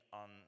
on